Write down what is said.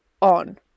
on